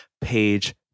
page